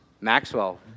Maxwell